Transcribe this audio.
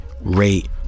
rate